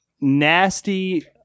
Nasty